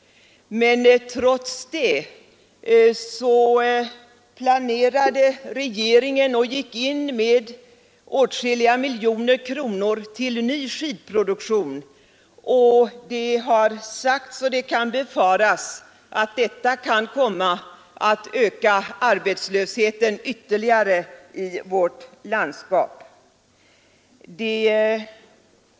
Trots det satsade regeringen åtskilliga miljoner på en ny skidfabrik i Norrbotten. Det kan befaras att detta regeringens handlande kommer att öka arbetslösheten ytterligare i vårt landskap.